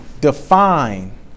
define